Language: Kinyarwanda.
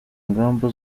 ingamba